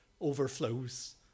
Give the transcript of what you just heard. overflows